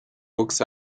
books